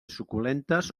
suculentes